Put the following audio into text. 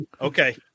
Okay